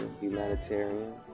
humanitarian